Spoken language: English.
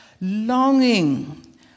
longing